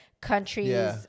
countries